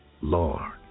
Lord